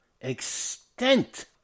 extent